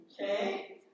okay